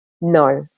no